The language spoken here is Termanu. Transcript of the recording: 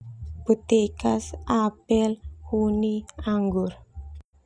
Putekas, apel, huni, anggur.